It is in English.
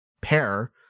pair